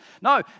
No